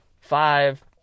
five